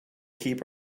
keep